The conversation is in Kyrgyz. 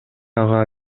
ага